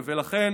לכן